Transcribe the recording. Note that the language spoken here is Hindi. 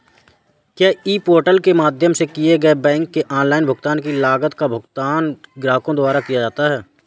क्या ई पोर्टल के माध्यम से किए गए बैंक के ऑनलाइन भुगतान की लागत का भुगतान ग्राहकों द्वारा किया जाता है?